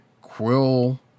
Quill